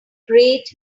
great